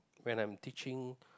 when I'm teaching